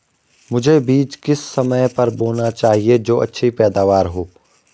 मुझे बीज किस समय पर बोना चाहिए जो अच्छी पैदावार हो?